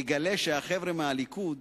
יגלה שהחבר'ה מהליכוד